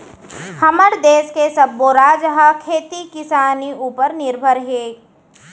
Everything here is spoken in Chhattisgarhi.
हमर देस के सब्बो राज ह खेती किसानी उपर निरभर हे